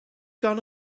gone